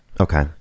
Okay